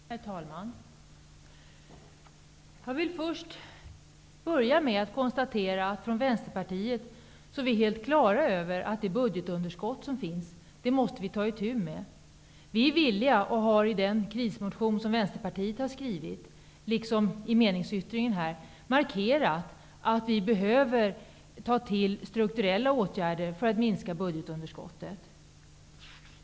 Herr talman! Jag vill börja med att konstatera att vi i Vänsterpartiet är helt klara över att man måste ta itu med det budgetunderskott som finns. I den krismotion som Vänsterpartiet har skrivit, liksom i meningsyttringen, har vi markerat att det är nödvändigt med strukturella åtgärder för att minska budgetunderskottet.